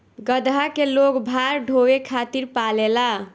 गदहा के लोग भार ढोवे खातिर पालेला